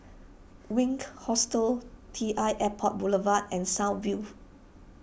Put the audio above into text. Wink Hostel T l Airport Boulevard and South View